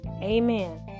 Amen